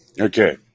Okay